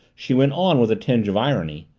she went on with a tinge of irony,